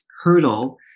hurdle